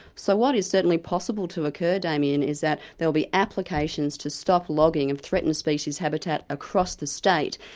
so what is certainly possible to occur, damien, is that there'll be applications to stop logging of threatened species habitat across the state,